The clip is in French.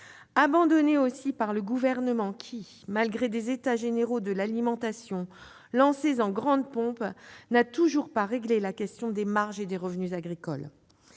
abandonnés, ensuite, par le Gouvernement, qui, malgré des États généraux de l'alimentation lancés en grande pompe, n'a toujours pas réglé la question des marges et des revenus agricoles.